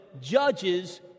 judges